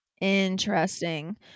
interesting